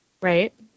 Right